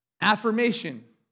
affirmation